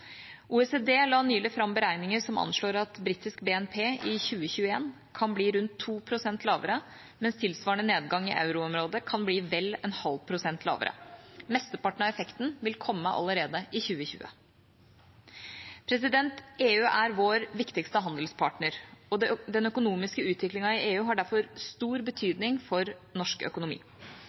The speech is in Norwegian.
OECD la nylig fram beregninger som anslår at britisk BNP i 2021 kan bli rundt 2 pst. lavere, mens tilsvarende nedgang i euroområdet kan bli vel en halv prosent lavere. Mesteparten av effekten vil komme allerede i 2020. EU er vår viktigste handelspartner, og den økonomiske utviklingen i EU har derfor stor betydning for norsk økonomi.